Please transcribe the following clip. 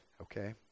okay